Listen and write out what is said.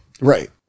Right